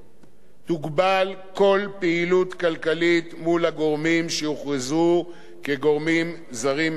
תוגבל כל פעילות כלכלית מול הגורמים שיוכרזו כגורמים זרים מסייעים,